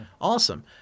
Awesome